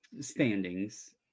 standings